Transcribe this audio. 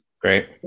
Great